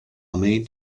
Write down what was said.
mean